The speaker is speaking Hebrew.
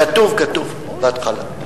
כתוב, כתוב בהתחלה.